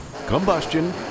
combustion